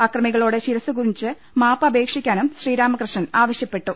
അക്രമികളോട് ശിരസ് കുനിച്ച് മാപ്പപേക്ഷിക്കാനും ശ്രീരാമകൃഷ്ണൻ ആവശ്യപ്പെട്ടു